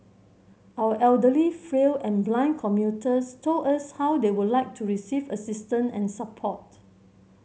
our elderly frail and blind commuters told us how they would like to receive assistance and support